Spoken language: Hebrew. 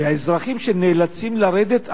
ולא האזרחים שנאלצים לרדת,